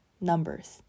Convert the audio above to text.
numbers